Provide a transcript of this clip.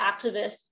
activists